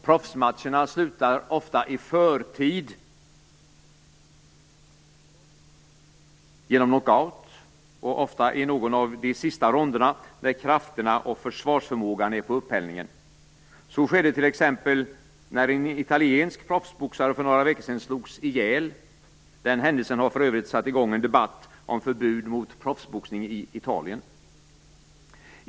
Proffsmatcherna slutar ofta i förtid genom knockout och ofta i någon av de sista ronderna när krafterna och försvarsförmågan är på uphällningen. Så skedde t.ex. när en italiensk proffsboxare för några veckor sedan slogs ihjäl. Den händelsen har för övrigt satt i gång en debatt om förbud mot proffsboxning i Italien.